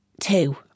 two